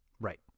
Right